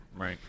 right